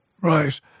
Right